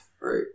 Right